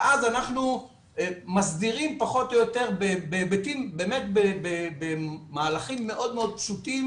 ואז אנחנו מסדירים פחות או יותר במהלכים מאוד פשוטים